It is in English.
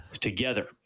together